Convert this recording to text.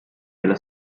della